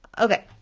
okay,